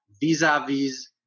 vis-a-vis